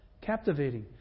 captivating